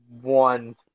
one